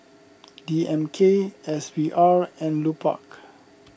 D M K S V R and Lupark